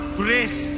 grace